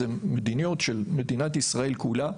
זו מדיניות של מדינת ישראל כולה.